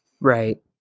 Right